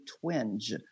twinge